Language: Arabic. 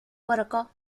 ورقة